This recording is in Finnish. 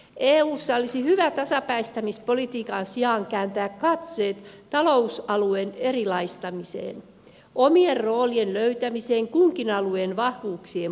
eussa olisi hyvä tasapäistämispolitiikan sijaan kääntää katseet talousalueen erilaistamiseen omien roolien löytämiseen kunkin alueen vahvuuksien pohjalta